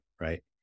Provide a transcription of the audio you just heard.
right